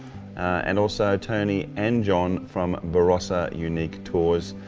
and also tony and john from borossa unique tours,